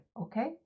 okay